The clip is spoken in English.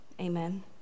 Amen